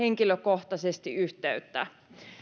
henkilökohtaisesti yhteyttä